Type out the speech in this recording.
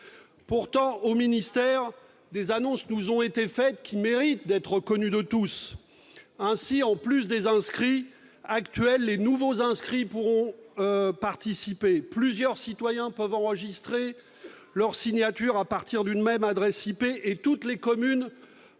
Pourtant, au ministère, des annonces nous ont été faites, qui méritent d'être connues de tous : outre les personnes déjà inscrites sur les listes électorales, les nouveaux inscrits pourront participer ; plusieurs citoyens peuvent enregistrer leur signature à partir d'une même adresse IP ; toutes les communes